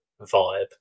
vibe